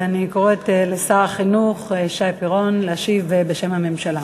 ואני קוראת לשר החינוך שי פירון להשיב בשם הממשלה.